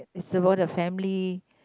is about the family